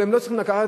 הם לא צריכים לקחת,